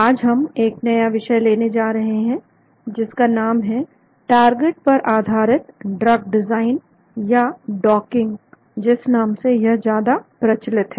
आज हम एक नया विषय लेने जा रहे हैं जिसका नाम है टारगेट पर आधारित ड्रग डिजाइन या डॉकिंग जिस नाम से यह ज्यादा प्रचलित है